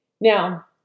Now